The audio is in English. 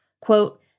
Quote